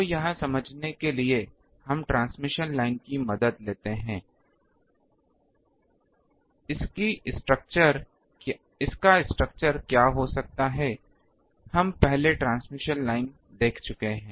तो यह समझने के लिए कि हम ट्रांसमिशन लाइन की मदद लेते हैं इसका स्ट्रक्चर क्या हो सकता है हम पहले ही ट्रांसमिशन लाइन देख चुके हैं